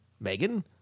Megan